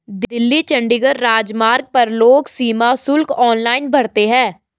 दिल्ली चंडीगढ़ राजमार्ग पर लोग सीमा शुल्क ऑनलाइन भरते हैं